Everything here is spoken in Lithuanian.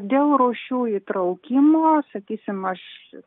dėl rūšių įtraukimo sakysim aš ir